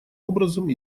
образом